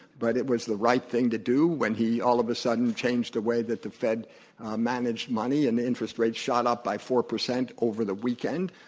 but it was the right thing to do when he all of a sudden changed the way that the fed manage money and interest rates shot up by four percent over the weekend.